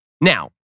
Now